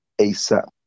ASAP